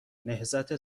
نهضت